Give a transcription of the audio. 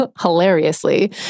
hilariously